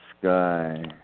sky